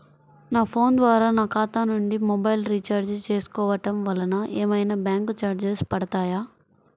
నా ఫోన్ ద్వారా నా ఖాతా నుండి మొబైల్ రీఛార్జ్ చేసుకోవటం వలన ఏమైనా బ్యాంకు చార్జెస్ పడతాయా?